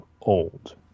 old